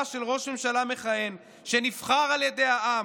של ראש ממשלה מכהן שנבחר על ידי העם,